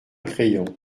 crayon